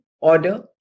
order